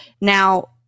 Now